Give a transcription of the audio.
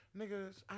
niggas